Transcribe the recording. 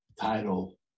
title